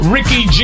Ricky